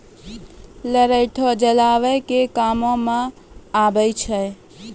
लरैठो जलावन के कामो मे आबै छै